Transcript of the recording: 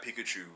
Pikachu